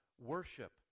worship